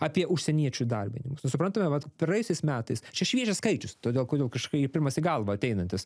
apie užsieniečių įdarbinimą nu suprantame vat praėjusiais metais čia šviežias skaičius todėl kodėl kažkaip pirmas į galvą ateinantis